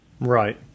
right